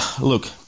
look